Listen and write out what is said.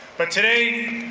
but today,